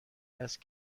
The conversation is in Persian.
است